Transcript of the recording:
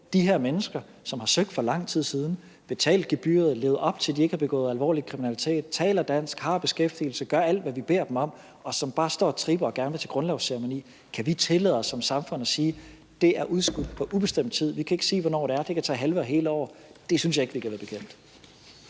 de her mennesker, som har søgt for lang tid siden, har betalt gebyret, har levet op til ikke at have begået alvorlig kriminalitet, taler dansk, har beskæftigelse, gør alt, hvad vi beder dem om, og som bare står og tripper og gerne vil til grundlovsceremonier. Kan vi tillade os som samfund at sige: Det er udskudt på ubestemt tid, vi kan ikke sige, hvornår det er, det kan tage halve og hele år? Det synes jeg ikke vi kan være bekendt.